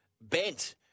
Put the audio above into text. bent